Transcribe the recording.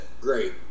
Great